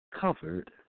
covered